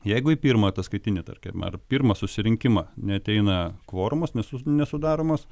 jeigu į pirmą ataskaitinį tarkim ar pirmą susirinkimą neateina kvorumas nes nesudaromas